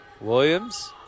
Williams